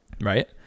right